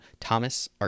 Thomas